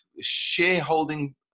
shareholding